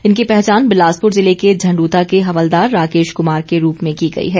इनकी पहचान बिलासपुर जिले के झण्ड्रता के हवलदार राकेश कुमार के रूप में की गई है